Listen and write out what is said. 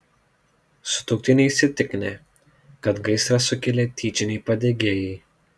sutuoktiniai įsitikinę kad gaisrą sukėlė tyčiniai padegėjai